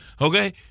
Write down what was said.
okay